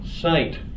Sight